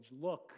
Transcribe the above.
Look